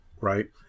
right